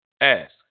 ask